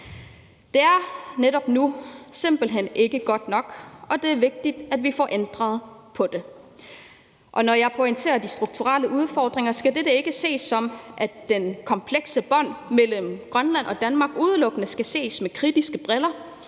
Det er netop nu simpelt hen ikke godt nok, og det er vigtigt, at vi får ændret på det. Når jeg pointerer de strukturelle udfordringer, skal dette ikke ses, som at de komplekse bånd mellem Grønland og Danmark udelukkende skal ses på gennem kritiske briller,